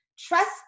trust